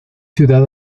ciudad